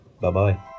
Bye-bye